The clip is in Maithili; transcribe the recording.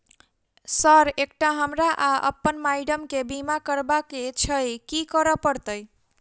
सर एकटा हमरा आ अप्पन माइडम केँ बीमा करबाक केँ छैय की करऽ परतै?